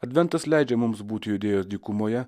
adventas leidžia mums būti judėjos dykumoje